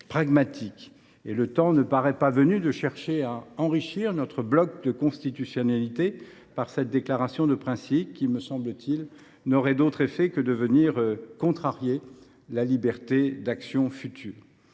pragmatiques. Le temps n’est pas venu de chercher à enrichir notre bloc de constitutionnalité par cette déclaration de principes qui, me semble t il, n’aurait d’autre effet que de venir contrarier la liberté d’action future.